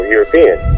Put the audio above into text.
European